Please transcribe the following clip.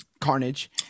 carnage